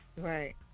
Right